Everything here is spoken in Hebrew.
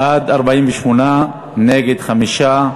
בעד, 48, נגד, 5,